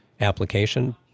application